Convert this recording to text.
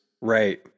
Right